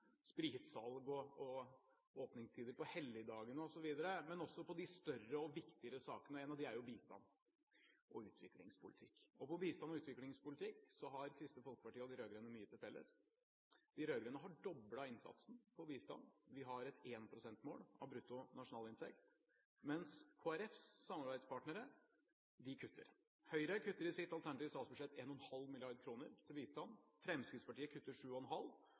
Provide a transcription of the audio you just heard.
spritsalg, åpningstider på helligdagene osv., men også i de større og viktigere sakene – en av dem er bistands- og utviklingspolitikk. Når det gjelder bistands- og utviklingspolitikk, har Kristelig Folkeparti og de rød-grønne mye til felles. De rød-grønne har doblet innsatsen når det gjelder bistand. Vi har et 1 pst.-mål av brutto nasjonalinntekt, mens Kristelig Folkepartis samarbeidspartnere kutter. Høyre kutter i sitt alternative statsbudsjett 1,5 mrd. kr til bistand, Fremskrittspartiet kutter 7,5